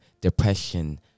depression